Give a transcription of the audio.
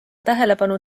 tähelepanu